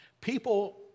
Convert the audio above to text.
people